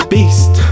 Beast